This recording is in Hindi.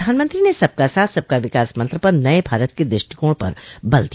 प्रधानमंत्री ने सबका साथ सबका विकास मंत्र पर नये भारत के दृष्टिकोण पर बल दिया